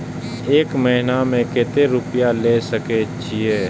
एक महीना में केते रूपया ले सके छिए?